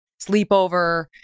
sleepover